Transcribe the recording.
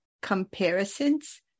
comparisons